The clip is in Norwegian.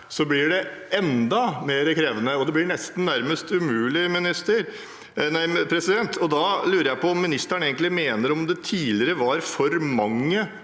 blir det enda mer krevende, og det blir nærmest umulig. Da lurer jeg på om ministeren egentlig mener at det tid ligere var for mange